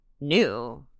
new